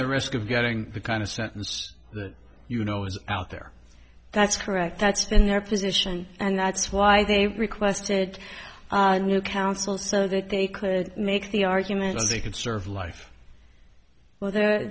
the risk of getting the kind of sentence you know is out there that's correct that's been their position and that's why they requested new counsel so that they could make the arguments they could serve life well th